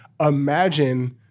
Imagine